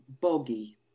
boggy